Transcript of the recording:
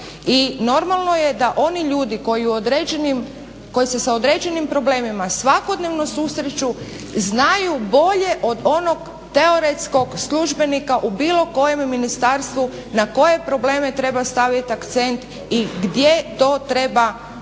normalno je da oni ljudi koji u određenim, koji se sa određenim problemima svakodnevno susreću znaju bolje od onog teoretskog službenika u bilo kojem ministarstvu, na koje probleme treba staviti akcent i gdje to treba